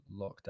lockdown